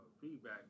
feedback